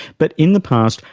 but in the past,